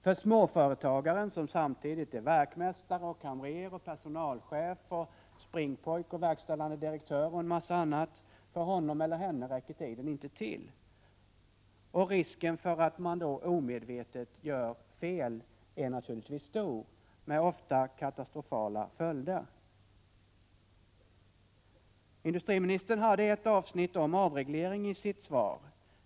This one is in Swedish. För småföretagaren — som samtidigt är verkmästare, kamrer, personalchef, springpojke, verkställande direktör och en massa annat — för honom eller henne räcker tiden inte till. Risken för att omedvetet göra fel är stor, ofta med katastrofala följder. Industriministern hade ett avsnitt om avreglering i sitt svar.